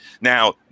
Now